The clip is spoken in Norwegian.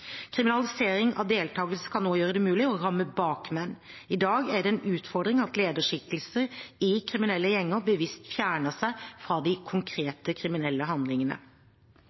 Kriminalisering av deltakelse kan også gjøre det mulig å ramme bakmenn. I dag er det en utfordring at lederskikkelser i kriminelle gjenger bevisst fjerner seg fra de konkrete kriminelle handlingene.